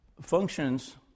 Functions